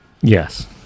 Yes